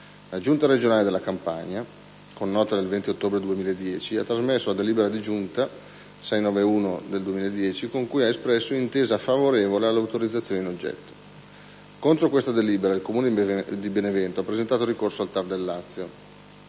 La giunta regionale della Campania, con nota del 20 ottobre 2010, ha trasmesso la deliberazione di Giunta regionale n. 691 dell'8 ottobre 2010 con cui ha espresso intesa favorevole all'autorizzazione in oggetto. Contro questa deliberazione il comune di Benevento ha presentato ricorso al TAR del Lazio